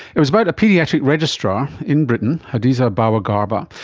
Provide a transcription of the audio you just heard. it was about a paediatric registrar in britain, hadiza bawa-garba,